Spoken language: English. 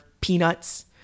peanuts